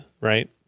right